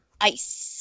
Ice